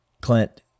Clint